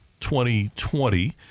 2020